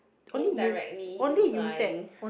indirectly implying